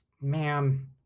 Man